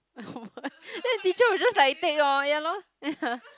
then the teacher was just like take orh ya lor